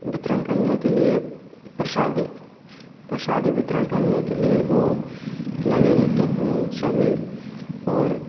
वितरण करने के लिए प्रसाद प्रसाद वितरण करने के लिए वे लगे रहते हैं सभी और